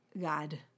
God